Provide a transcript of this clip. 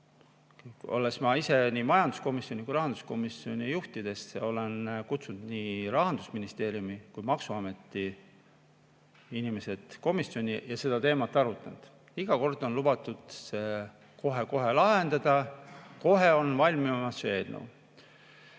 maksmata. Nii majanduskomisjoni kui ka rahanduskomisjoni juhtides olen kutsunud nii Rahandusministeeriumi kui ka maksuameti inimesi komisjoni ja seda teemat arutanud. Iga kord on lubatud see kohe-kohe lahendada, et kohe on eelnõu